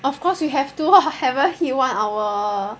of course you have to !wah! haven't hit one hour